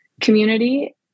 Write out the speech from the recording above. community